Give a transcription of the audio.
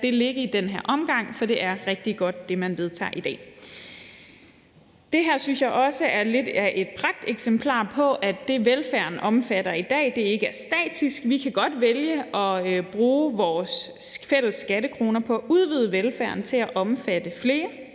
det ligge i den her omgang, for det, man vedtager i dag, er rigtig godt. Det her synes jeg også lidt er et pragteksemplar på, at det, velfærden omfatter i dag, ikke er statisk. Vi kan godt vælge at bruge vores fælles skattekroner på at udvide velfærden til at omfatte flere.